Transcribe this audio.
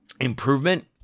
improvement